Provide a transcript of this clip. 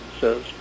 says